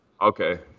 Okay